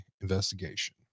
investigation